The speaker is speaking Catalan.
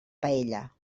paella